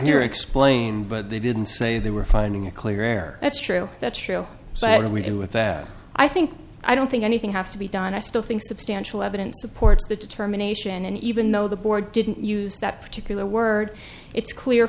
your explain but they didn't say they were finding a clear air that's true that's true sadly and with that i think i don't think anything has to be done i still think substantial evidence supports that determination and even though the board didn't use that particular word it's clear